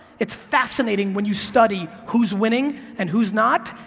it's fascinating when you study who's winning and who's not,